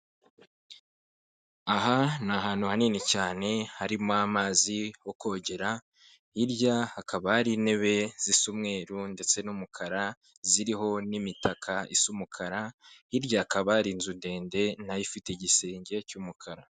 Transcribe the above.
Aha ni ahantu hanini cyane, harimo amazi ukogera, hirya hakaba hari intebe zisa umweru, ndetse n'umukara, ziriho n'imitaka isa umukara, hirya hakaba hari inzu ndende, nayo ifite igisenge cy'umukara.